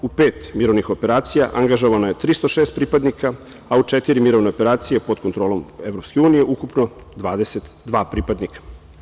U pet mirovnih operacija, angažovano je 306 pripadnika, a u četiri mirovne operacije, pod kontrolom EU, ukupno 22 pripadnika.